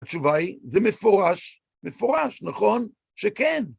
התשובה היא, זה מפורש, מפורש! נכון? שכן.